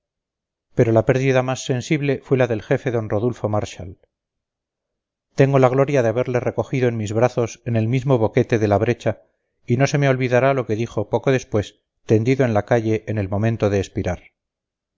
pero la pérdida más sensible fue la del jefe don rodulfo marshall tengo la gloria de haberle recogido en mis brazos en el mismo boquete de la brecha y no se me olvidará lo que dijo poco después tendido en la calle en el momento de expirar